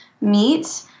meet